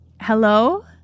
Hello